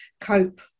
cope